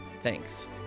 Thanks